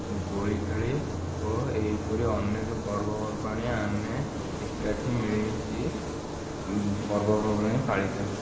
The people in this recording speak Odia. ଦୋଳି ଖେଳି ଓ ଏହିପରି ଅନେକ ପର୍ବପର୍ବାଣି ଆମେ ଏକାଠି ମିଳିମିଶି ପର୍ବପର୍ବାଣି ପାଳିଥାଉ